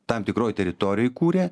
tam tikroj teritorijoj kuria